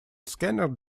scanner